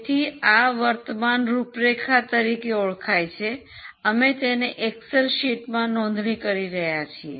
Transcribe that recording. તેથી આ વર્તમાન રૂપરેખા તરીકે ઓળખાય છે અમે તેને એક્સેલ માં નોંધણી કરી રહ્યાં છીએ